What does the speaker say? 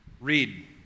Read